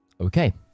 Okay